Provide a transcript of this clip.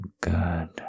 good